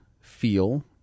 feel